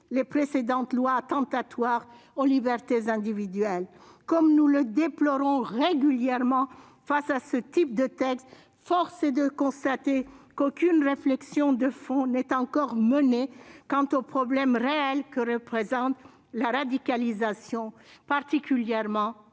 les précédentes lois attentatoires aux libertés individuelles. Comme nous le déplorons régulièrement devant ce type de textes, force est de constater qu'aucune réflexion de fond n'est encore menée quant au problème réel que représente la radicalisation, particulièrement